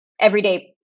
everyday